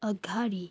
अगाडि